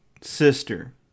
sister